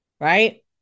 right